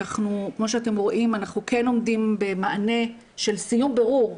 כפי שאתם רואים אנחנו כן עומדים במענה של סיום בירור.